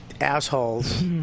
assholes